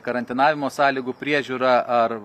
karantinavimo sąlygų priežiūrą ar